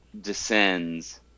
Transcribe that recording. descends